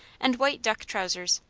and white duck trousers.